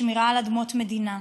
שמירה על אדמות מדינה,